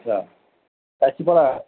আচ্ছা কাছিপাড়া